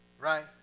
right